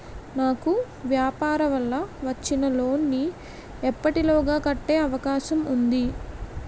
నాకు వ్యాపార వల్ల వచ్చిన లోన్ నీ ఎప్పటిలోగా కట్టే అవకాశం ఉంది?